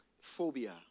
phobia